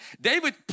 David